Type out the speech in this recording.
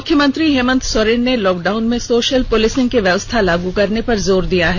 मुख्यमंत्री हेमंत सोरेन ने लॉकडाउन में सोषल पुलिसिंग की व्यवस्था लागू करने पर जोर दिया है